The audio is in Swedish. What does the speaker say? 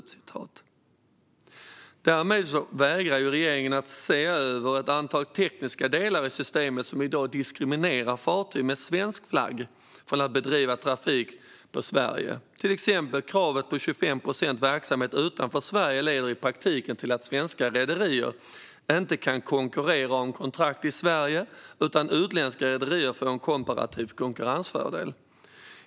Därmed vägrar regeringen att se över ett antal tekniska delar i systemet som i dag diskriminerar fartyg med svensk flagg när det gäller att bedriva trafik på Sverige. Till exempel leder kravet på 25 procent verksamhet utanför Sverige i praktiken till att svenska rederier inte kan konkurrera om kontrakt i Sverige, utan utländska rederier får en komparativ konkurrensfördel.